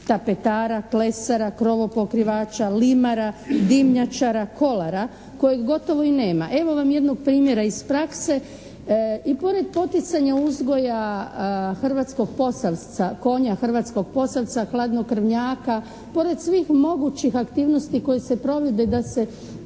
tapetara, klesara, krovopokrivača, limara, dimnjačara, kolara kojeg gotovo i nema. Evo vam jednog primjera iz prakse. I pored poticanja uzgoja hrvatskog posavca, konja hrvatskog posavca, hladnjokrvnjaka, pored svih mogućih aktivnosti koje se provode da se